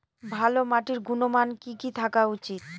ভালো মাটির গুণমান কি কি থাকা উচিৎ?